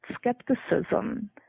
skepticism